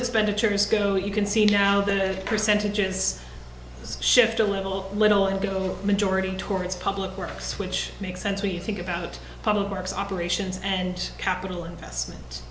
expenditures go you can see now the percentages shift a little little and go majority towards public works which makes sense when you think about public works operations and capital investment